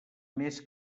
més